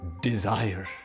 desire